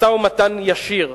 משא-ומתן ישיר?